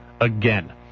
again